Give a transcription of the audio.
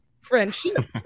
friendship